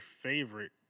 favorite